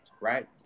right